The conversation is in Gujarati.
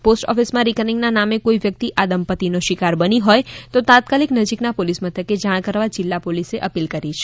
પોસ્ટ ઓફિસમાં રિકરિંગના નામે કોઇ વ્યક્તિ આ દંપત્તિનો શિકાર બની હોય તો તાત્કાલિક નજીકના પોલિસ મથકે જાણ કરવા જિલ્લા પોલિસે અપિલ કરી છે